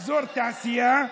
אזור תעשייה,